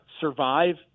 Survive